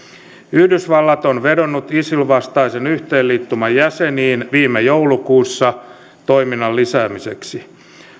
yhdysvallat on vedonnut isil vastaisen yhteenliittymän jäseniin viime joulukuussa toiminnan lisäämiseksi